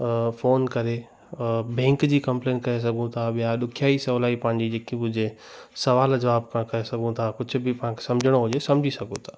phone करे bank जी complain करे सघो था ॿिया ॾुखियाई सहुलाई पंहिंजी जेकी बि हुजे सुवालु जवाबु तव्हां करे सघो था कुझ बि पाण खे सम्झणो हुजे सम्झी सघो था